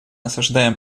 осуждаем